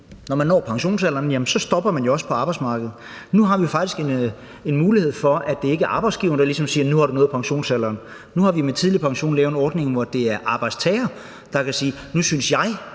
når man når pensionsalderen, stopper man også på arbejdsmarkedet. Nu har vi jo faktisk en mulighed for, at det ikke er arbejdsgiveren, der ligesom siger: Nu har du nået pensionsalderen. Nu har vi med retten til tidlig pension lavet en ordning, hvor det er arbejdstager, der kan sige: Nu synes jeg,